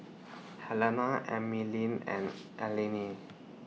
Helena Emeline and Aline